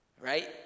Right